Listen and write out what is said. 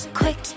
quick